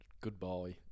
Goodbye